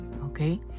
okay